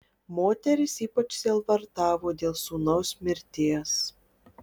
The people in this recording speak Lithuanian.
moteris ypač sielvartavo dėl sūnaus mirties